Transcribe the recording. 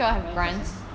five percent